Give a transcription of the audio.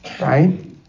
Right